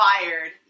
Fired